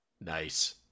Nice